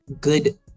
good